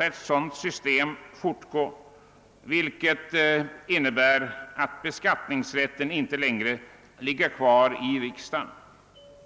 ett sådant system får fortbestå, eftersom det ju innebär att beskattningsrätten inte längre ligger hos riksdagen.